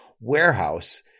warehouse